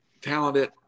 talented